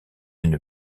une